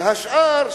השאר,